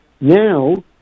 Now